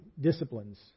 disciplines